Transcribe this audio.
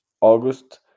august